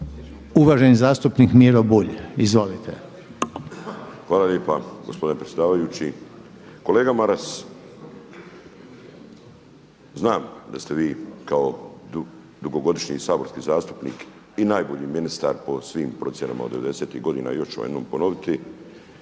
Uvaženi zastupnik Miro Bulj. Izvolite. **Bulj, Miro (MOST)** Hvala lijepa gospodine predsjedavajući. Kolega Maras, znam da ste vi kao dugogodišnji saborski zastupnik i najbolji ministar po svim procjenama od devedesetih godina još ću jednom ponoviti.